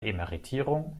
emeritierung